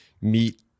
meet